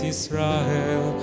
Israel